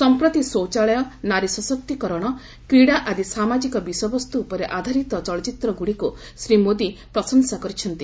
ସମ୍ପ୍ରତି ଶୌଚାଳୟ ନାରୀ ସଶକ୍ତିକରଣ କ୍ରୀଡ଼ା ଆଦି ସାମାଜିକ ବିଷୟବସ୍ତୁ ଉପରେ ଆଧାରିତ ଚଳଚ୍ଚିତ୍ରଗୁଡ଼ିକୁ ଶ୍ରୀ ମୋଦି ପ୍ରଶଂସା କରିଛନ୍ତି